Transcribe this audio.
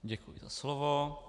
Děkuji za slovo.